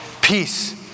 peace